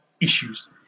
issues